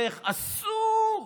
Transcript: ואיך אסור,